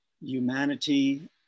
humanity